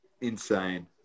Insane